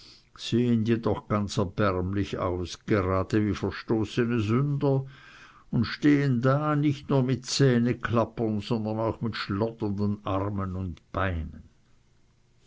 sehen jedoch ganz erbärmlich aus gerade wie verstoßene sünder und stehen da nicht nur mit zähneklappern sondern auch mit schlotternden armen und beinen